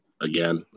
again